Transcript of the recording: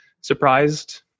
surprised